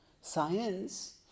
Science